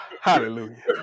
Hallelujah